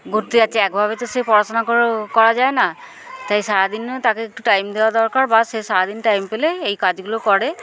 ঘুরতে যাচ্ছি একভাবে তো সে পড়াশোনা করে করা যায় না তাই সারাদিনও তাকে একটু টাইম দেওয়া দরকার বা সে সারাদিন টাইম পেলে এই কাজগুলো করে